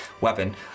weapon